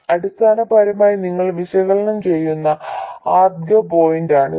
അടിസ്ഥാനപരമായി നിങ്ങൾ വിശകലനം ചെയ്യുന്ന ആദ്യ പോയിന്റാണിത്